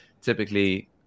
typically